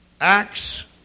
Acts